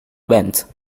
bent